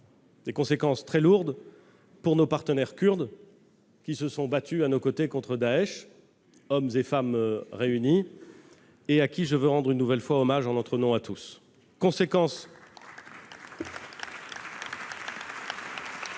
des conséquences très lourdes pour nos partenaires kurdes, qui se sont battus à nos côtés contre Daech, hommes et femmes réunis, et à qui je veux rendre une nouvelle fois hommage en notre nom à tous.